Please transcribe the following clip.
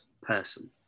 person